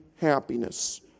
happiness